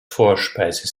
vorspeise